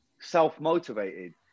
self-motivated